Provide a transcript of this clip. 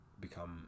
become